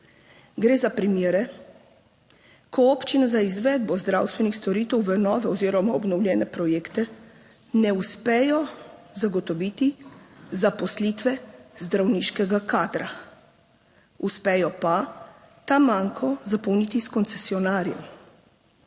Gre za primere, ko občine za izvedbo zdravstvenih storitev v nove oziroma obnovljene projekte ne uspejo zagotoviti zaposlitve zdravniškega kadra. Uspejo pa ta manko zapolniti s koncesionarjem.